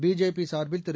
BJP சார்பில் திரு